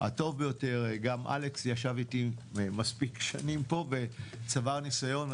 הטוב ביותר - גם אלכס ישב איתי מספיק שנים פה וצבר ניסיון.